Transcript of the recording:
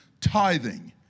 tithing